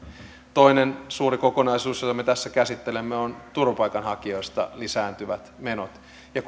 toinen suuri kokonaisuus jota me me tässä käsittelemme on turvapaikanhakijoista lisääntyvät menot ja